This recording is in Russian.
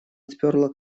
отперла